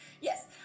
Yes